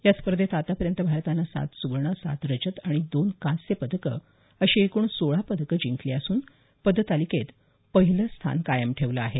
या स्पर्धेत आतापर्यंत भारतानं सात सुवर्ण सात रजत आणि दोन कांस्य पदकं अशी एकूण सोळा पदकं जिंकली असून पदतालिकेत पहिलं स्थान कायम ठेवलं आहे